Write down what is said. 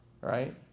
right